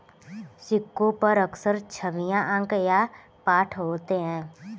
सिक्कों पर अक्सर छवियां अंक या पाठ होते हैं